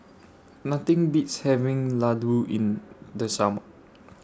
Nothing Beats having Laddu in The Summer